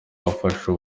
yafashwe